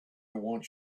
want